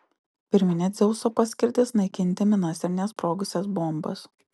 pirminė dzeuso paskirtis naikinti minas ir nesprogusias bombas